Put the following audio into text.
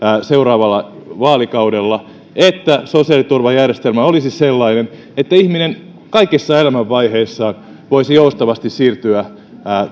seuraavalla vaalikaudella että sosiaaliturvajärjestelmä olisi sellainen että ihminen kaikissa elämänvaiheissaan voisi joustavasti siirtyä